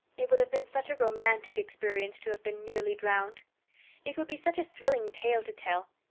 it would have been such a romantic experience to have been nearly drowned it would be such a thrilling tale to tell.